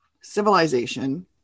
civilization